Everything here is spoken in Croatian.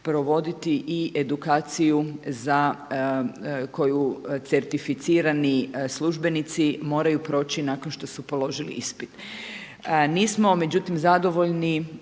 i edukaciju za koju certificirani službenici moraju proći nakon što su položili ispit. Nismo međutim zadovoljni